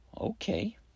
Okay